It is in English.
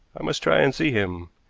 i must try and see him.